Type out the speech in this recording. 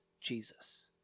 Jesus